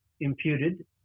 imputed